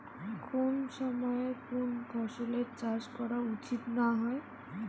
কুন সময়ে কুন ফসলের চাষ করা উচিৎ না হয়?